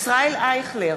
ישראל אייכלר,